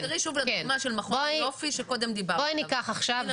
תחזרי שוב לדוגמה של מכון יופי עליו דיברת קודם.